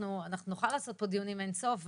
אנחנו נוכל לעשות פה דיונים אין סוף,